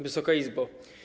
Wysoka Izbo!